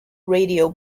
radio